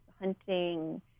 hunting